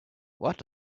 what